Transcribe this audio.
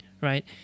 right